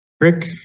Rick